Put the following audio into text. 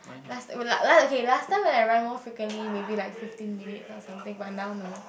last would like la~ okay last time when I run more frequently maybe like fifteen minute or something but now no